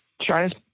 China